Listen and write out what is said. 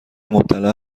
مبتلا